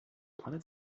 planet